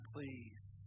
Please